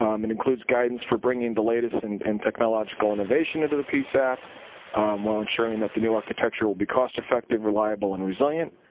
um and includes guidance for bringing the latest and in technological innovation into the psap while ensuring that the new architecture will be cost effective, reliable and resilient.